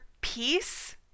peace